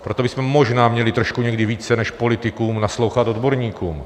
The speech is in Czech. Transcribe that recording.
Proto bychom možná měli trošku někdy více než politikům naslouchat odborníkům.